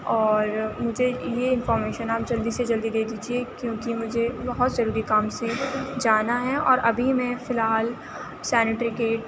اور مجھے یہ انفارمیشن آپ جلدی سے جلدی دے دیجیے کیوں کہ مجھے بہت ضروری کام سے جانا ہے اور ابھی میں فی الحال سنیٹری گیٹ